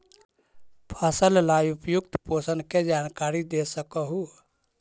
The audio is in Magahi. फसल ला उपयुक्त पोषण के जानकारी दे सक हु?